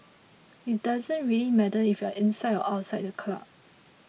it doesn't really matter if you are inside or outside the club